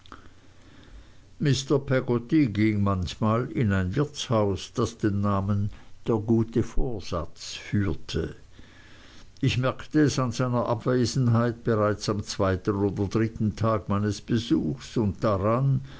peggotty ging manchmal in ein wirtshaus das den namen der gute vorsatz führte ich merkte es an seiner abwesenheit bereits am zweiten oder dritten tag meines besuchs und daran